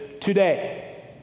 today